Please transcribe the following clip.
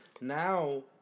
Now